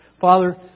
Father